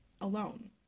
alone